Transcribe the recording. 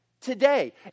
today